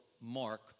Mark